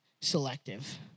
selective